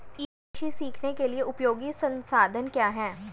ई कृषि सीखने के लिए उपयोगी संसाधन क्या हैं?